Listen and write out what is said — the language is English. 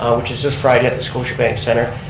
um which is a friday at the scotiabank centre.